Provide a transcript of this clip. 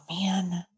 man